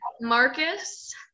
Marcus